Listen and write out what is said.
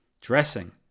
dressing